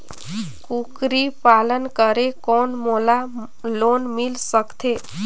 कूकरी पालन करे कौन मोला लोन मिल सकथे?